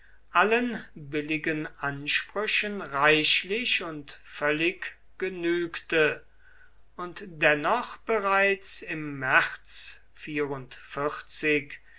allen billigen ansprüchen reichlich und völlig genügte und dennoch bereits im märz